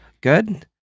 good